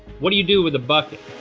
what do you do with a bucket?